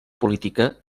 política